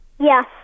Yes